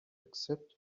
except